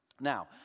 Now